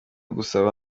gusaba